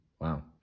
Wow